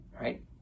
right